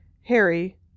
Harry